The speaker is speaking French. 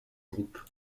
groupe